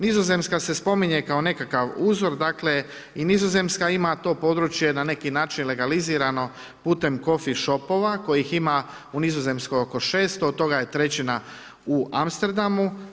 Nizozemska se spominje kao nekakav uzor dakle, i Nizozemska ima to područje na neki način legalizirano putem coffee shopova kojih ima u Nizozemskoj oko 600, od toga je trećina u Amsterdamu.